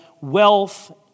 wealth